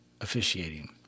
officiating